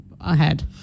ahead